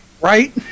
Right